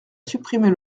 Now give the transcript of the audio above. supprimer